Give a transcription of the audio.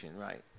Right